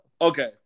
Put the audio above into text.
Okay